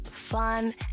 Fun